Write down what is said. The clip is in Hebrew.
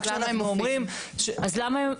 רק שאנחנו אומרים --- אז למה הם מופיעים?